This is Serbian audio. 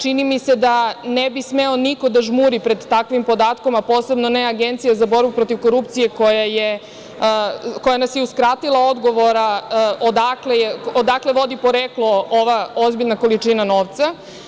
Čini mi se da ne bi smeo niko da žmuri pred takvim podacima, posebno ne Agencija za borbu protiv korupcije koja nas je uskratila odgovora odakle vodi poreklo ova ozbiljna količina novca.